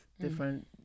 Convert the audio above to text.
different